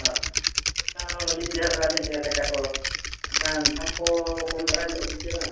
ᱚ ᱚ ᱟᱹᱞᱤᱧ ᱰᱷᱮᱨ ᱫᱷᱟᱨᱟ ᱞᱤᱧ ᱟᱹᱜᱩᱭᱟ ᱠᱟᱪᱟ ᱠᱚ ᱮᱱᱠᱷᱟᱱ ᱫᱟᱢ ᱠᱚ ᱠᱚᱢ ᱫᱷᱟᱨᱟ ᱧᱚᱜᱚᱜ ᱟᱵᱮᱱᱪᱮ ᱵᱟᱝ